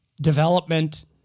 development